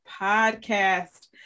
podcast